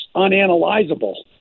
unanalyzable